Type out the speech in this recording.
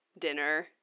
dinner